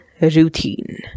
Routine